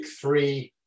three